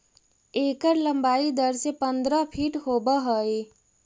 एकर लंबाई दस से पंद्रह फीट होब हई